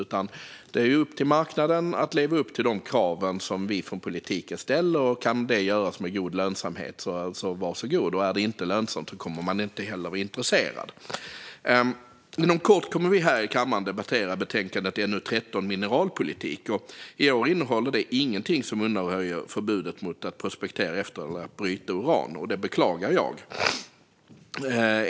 Det är upp till marknaden att leva upp till de krav som vi från politiken ställer. Och om detta kan göras med god lönsamhet är det bara att säga var så god. Och om det inte är lönsamt kommer man inte heller att vara intresserad. Inom kort kommer vi här i kammaren att debattera näringsutskottets betänkande 13 om mineralpolitik. I år innehåller det ingenting som undanröjer förbudet mot att prospektera efter och bryta uran. Detta beklagar jag.